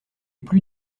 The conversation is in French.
plut